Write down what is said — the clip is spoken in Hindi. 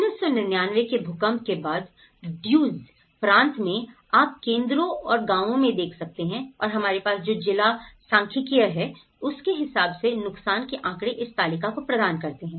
1999 के भूकंप के बाद ड्यूज प्रांत में आप केंद्रों और गांवों में देख सकते हैं और हमारे पास जो जिला सांख्यिकीय है उसके हिसाब से नुकसान के आंकड़े इस तालिका को प्रदान करते हैं